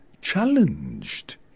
challenged